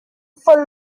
for